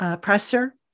presser